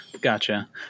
Gotcha